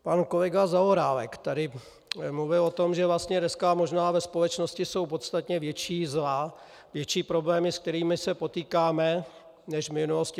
Pan kolega Zaorálek tady mluvil o tom, že dneska možná ve společnosti jsou podstatně větší zla, větší problémy, se kterými se potýkáme, než v minulosti.